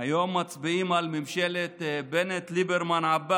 היום מצביעים על ממשלת בנט-ליברמן-עבאס,